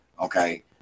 Okay